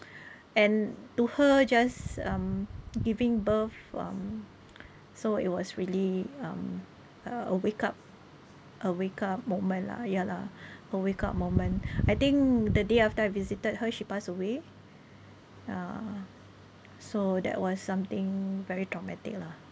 and to her just um giving birth um so it was really um a wake up a wake up moment lah ya lah a wake up moment I think the day after I visited her she passed away ya so that was something very traumatic lah